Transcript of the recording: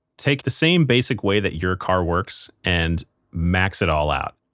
take the same basic way that your car works and max it all out.